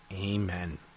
Amen